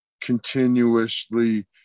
continuously